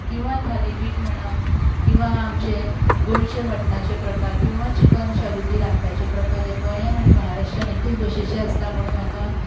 किंवां थालीपीठ म्हणा किंवां आमचें गोंयचें मटणाचें प्रकार किंवां चिकन शागोती रांदपाचें प्रकार हे गोंयान आनी महाराष्ट्रान एकूच भशेचे आसता म्हणून म्हाका